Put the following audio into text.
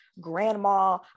grandma